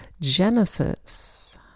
genesis